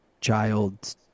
child